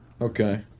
Okay